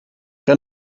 que